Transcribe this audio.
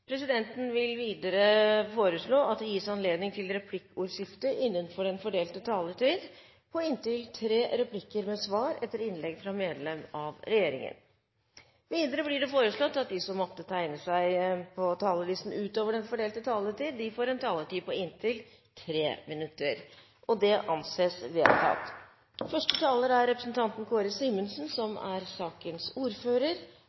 Presidenten vil videre foreslå at det gis anledning til replikkordskifte på inntil tre replikker med svar etter innlegg fra medlem av regjeringen innenfor den fordelte taletid. Videre blir det foreslått at de som måtte tegne seg på talerlisten utover den fordelte taletid, får en taletid på inntil 3 minutter. – Det anses vedtatt.